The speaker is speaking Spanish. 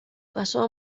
pasó